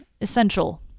essential